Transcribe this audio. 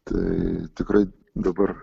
tai tikrai dabar